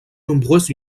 nombreuses